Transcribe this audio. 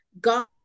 God